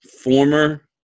former